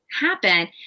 happen